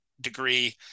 degree